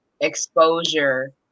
exposure